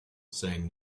saying